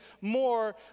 more